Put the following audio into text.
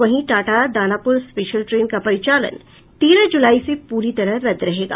वहीं Tata Danapur special train का परिचालन तेरह जुलाई से पूरी तरह रद्द रहेगा